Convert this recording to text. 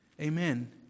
Amen